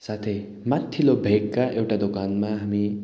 साथै माथिल्लो भेगका एउटा दोकानमा हामी